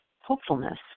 hopefulness